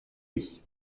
lui